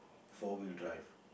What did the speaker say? four wheel drive